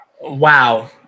Wow